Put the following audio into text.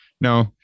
No